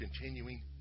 continuing